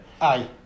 Aye